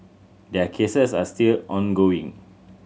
their cases are still ongoing